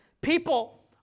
people